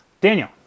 Daniel